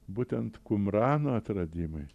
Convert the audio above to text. būtent kumrano atradimai